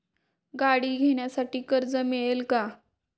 गाडी घेण्यासाठी कर्ज मिळेल का?